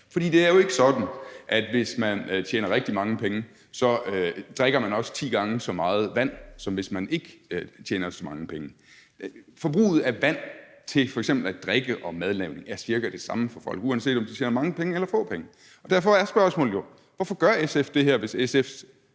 For det er jo ikke sådan, at man, hvis man tjener rigtig mange penge, så også drikker ti gange så meget vand, som hvis man ikke tjener så mange penge. Forbruget af vand til f.eks. at drikke og til madlavning er cirka det samme for folk, uanset om de tjener mange penge eller få penge. Derfor er spørgsmålet jo: Hvorfor gør SF det her, hvis SF